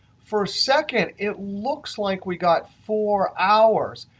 for a second, it looks like we got four hours,